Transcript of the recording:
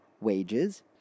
wages